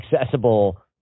accessible